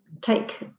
take